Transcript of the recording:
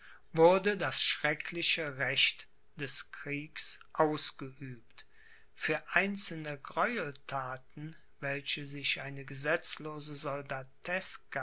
wurde das schreckliche recht des kriegs ausgeübt für einzelne gräuelthaten welche sich eine gesetzlose